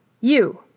You